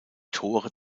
tore